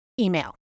email